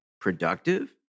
productive